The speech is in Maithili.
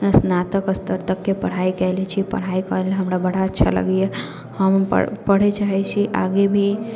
स्नातक स्तर तकके पढ़ाइ कएले छी पढ़ाइ करैमे हमरा बहुत अच्छा लगैए हम पढ़ै चाहे छी आगे भी